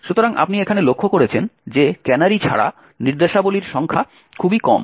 সুতরাং আপনি এখানে লক্ষ্য করেছেন যে ক্যানারি ছাড়া নির্দেশাবলীর সংখ্যা খুবই কম